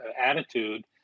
attitude